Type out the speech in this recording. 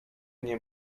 nie